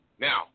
Now